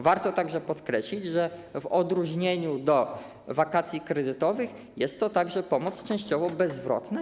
Warto także podkreślić, że w odróżnieniu od wakacji kredytowych jest to także pomoc częściowo bezzwrotna.